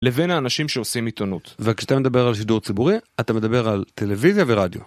לבין האנשים שעושים עיתונות, וכשאתה מדבר על שידור ציבורי, אתה מדבר על טלוויזיה ורדיו.